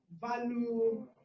value